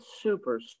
super